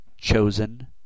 chosen